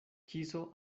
kiso